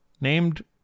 named